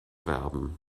werben